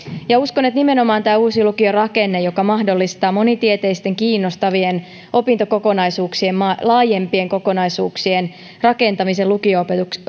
uskon että nimenomaan tämä uusi lukiorakenne joka mahdollistaa monitieteisten kiinnostavien opintokokonaisuuksien laajempien kokonaisuuksien rakentamisen lukio